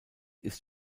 ist